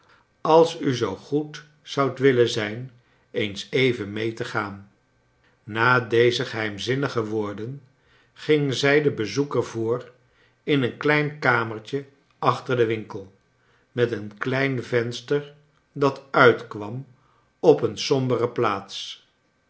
als u zoo goed zoudt willen zijn eens even mee te gaan na deze geheimzinnige woorden ging zij den besoeker voor in een klein kamertje achter den winkel met een klein venster dat uitkwam op een sombere plaats